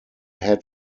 head